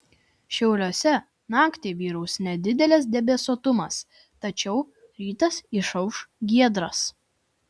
šiauliuose naktį vyraus nedidelis debesuotumas tačiau rytas išauš giedras